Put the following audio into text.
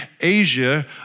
Asia